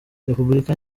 repubulika